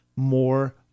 more